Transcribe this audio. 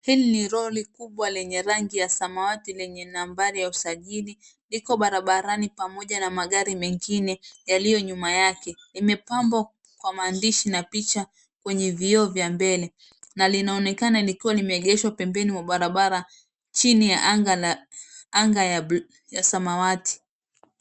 Hili ni lori kubwa lenye rangi ya samawati lenye nambari ya usajili, liko barabarani pamoja na magari mengine yaliyo nyuma yake. Limepambwa kwa maandishi na picha kwenye vioo vya mbele na linaonekana likiwa limeegeshwa pembeni mwa barabara chini ya anga na anga ya samawati.